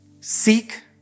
Seek